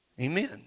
Amen